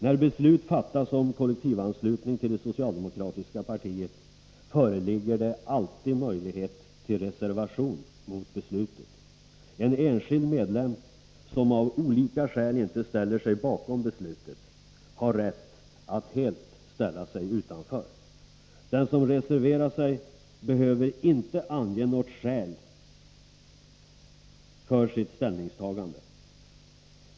När beslut fattas om kollektivanslutning till det socialdemokratiska partiet föreligger det alltid möjlighet till reservation. En enskild medlem, som av olika skäl inte ställer sig bakom beslutet, har rätt att stå helt utanför kollektivanslutningen. Den som reserverar sig behöver inte ange något skäl för sitt ställningstagande.